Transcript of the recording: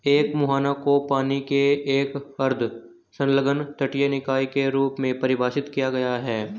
एक मुहाना को पानी के एक अर्ध संलग्न तटीय निकाय के रूप में परिभाषित किया गया है